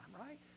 right